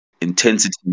intensity